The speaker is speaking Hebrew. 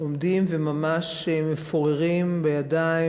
עומדים וממש מפוררים בידיים,